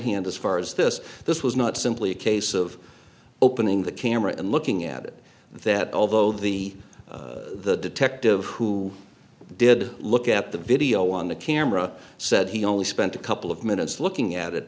hand as far as this this was not simply a case of opening the camera and looking at it that although the detective who did look at the video on the camera said he only spent a couple of minutes looking at it